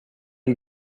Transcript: you